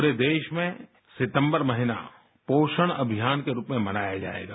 पूरे देश में सितंबर महीना पोषण अभियान के रूप में मनाया जायेगा